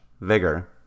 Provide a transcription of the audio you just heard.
vigor